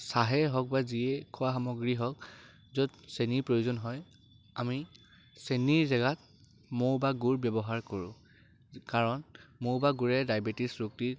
চাহেই হওক বা যিয়েই খোৱা সামগ্ৰী হওক য'ত চেনিৰ প্ৰয়োজন হয় আমি চেনিৰ জেগাত মৌ বা গুৰ ব্যৱহাৰ কৰোঁ কাৰণ মৌ বা গুৰে ডায়বেটিছ ৰোগীটি